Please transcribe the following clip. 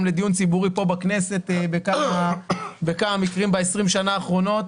לדיון ציבורי כאן בכנסת בכמה מקרים ב-20 השנים האחרונות.